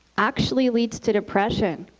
actually leads to depression.